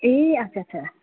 ए अच्छा अच्छा